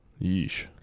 Yeesh